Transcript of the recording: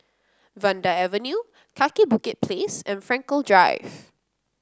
Vanda Avenue Kaki Bukit Place and Frankel Drive